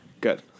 Good